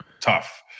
tough